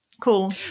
cool